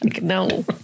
No